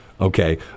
Okay